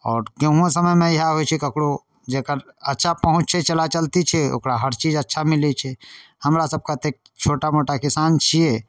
आओर गेहुँओ समयमे इएह होइ छै ककरो जकर अच्छा पहुँच छै चला चलती छै ओकरा हर चीज अच्छा मिलै छै हमरा सभके एतेक छोटा मोटा किसान छिए